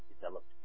developed